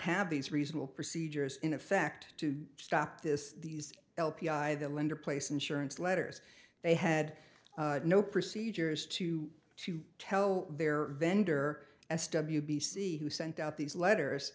have these reasonable procedures in effect to stop this these l p i the lender place insurance letters they had no procedures to to tell their vendor s w b c who sent out these letters